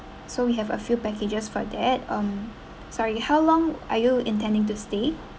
so we have a few packages for that um sorry how long are you intending to stay